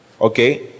okay